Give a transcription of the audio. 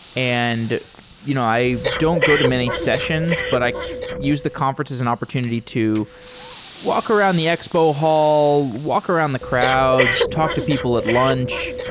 and you know i don't go to many sessions, but i use the conferences and opportunity to walk around the expo hall, walk around the crowds, talk to people at lunch.